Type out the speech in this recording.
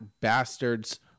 bastards